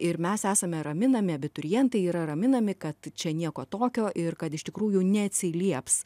ir mes esame raminami abiturientai yra raminami kad čia nieko tokio ir kad iš tikrųjų neatsilieps